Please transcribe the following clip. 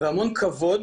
והמון כבוד